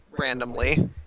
randomly